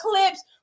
clips